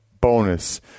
bonus